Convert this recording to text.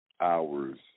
hours